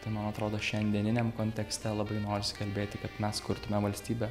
tai man atrodo šiandieniniam kontekste labai norisi kalbėti kad mes kurtume valstybę